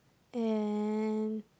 and